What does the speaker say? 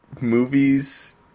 movies